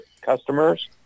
customers